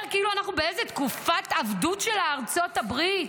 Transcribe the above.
כאילו אנחנו באיזו תקופת עבדות של ארצות הברית,